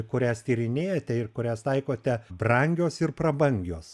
kurias tyrinėjate ir kurias taikote brangios ir prabangios